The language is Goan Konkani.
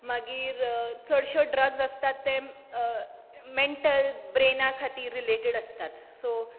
मागीर चडश्यो ड्रग्ज ते मेंटल ब्रेना खातीर रिलेडिट आसतात सो